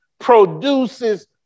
Produces